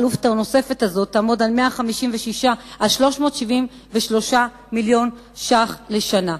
העלות הנוספת הזאת תעמוד על 373 מיליון שקלים לשנה.